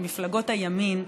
ממפלגות הימין,